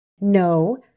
No